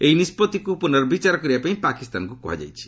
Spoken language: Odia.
ଏହି ନିଷ୍କଭିରକ୍ତ ପ୍ରନର୍ବଚାର କରିବା ପାଇଁ ପାକିସ୍ତାନକୁ କୁହାଯାଇଛି